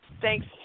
Thanks